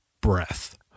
breath